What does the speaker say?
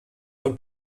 von